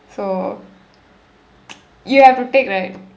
so you have to take right